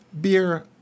beer